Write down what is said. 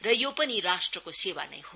र यो पनि राष्ट्रको सेवा नै हो